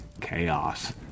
chaos